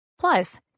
Plus